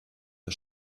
der